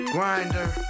Grinder